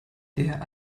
der